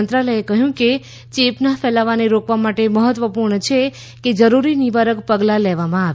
મંત્રાલયે કહ્યું કે ચેપના ફેલાવાને રોકવા માટે મહત્વપૂર્ણ છે કેજરૂરી નિવારક પગલાં લેવામાં આવે